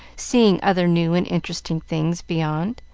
seeing other new and interesting things beyond